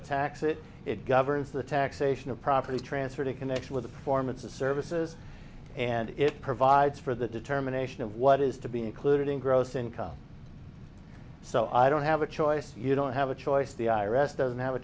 tax it it governs the taxation of property transferred in connection with the performance of services and it provides for the determination of what is to be included in gross income so i don't have a choice you don't have a choice the i r s doesn't have a